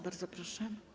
Bardzo proszę.